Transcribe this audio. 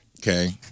Okay